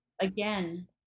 again